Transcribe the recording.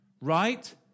right